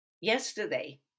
Yesterday